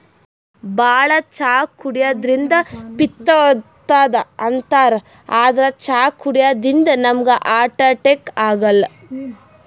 ಭಾಳ್ ಚಾ ಕುಡ್ಯದ್ರಿನ್ದ ಪಿತ್ತ್ ಆತದ್ ಅಂತಾರ್ ಆದ್ರ್ ಚಾ ಕುಡ್ಯದಿಂದ್ ನಮ್ಗ್ ಹಾರ್ಟ್ ಅಟ್ಯಾಕ್ ಆಗಲ್ಲ